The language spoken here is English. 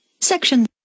Section